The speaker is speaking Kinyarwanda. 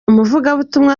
umuvugabutumwa